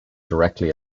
directly